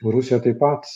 rusija tai pats